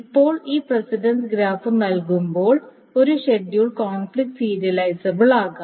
ഇപ്പോൾ ഈ precedence graph നൽകുമ്പോൾ ഒരു ഷെഡ്യൂൾ കോൺഫ്ലിക്റ്റ് സീരിയലൈസ്ബിൾ ആകാം